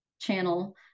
channel